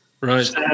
Right